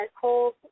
cold